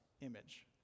image